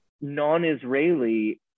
non-Israeli